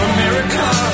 America